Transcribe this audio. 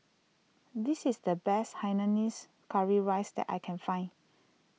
this is the best Hainanese Curry Rice that I can find